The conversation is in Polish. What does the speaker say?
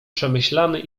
przemyślany